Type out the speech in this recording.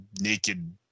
Naked